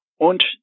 Und